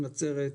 נצרת,